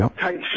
tight